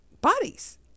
bodies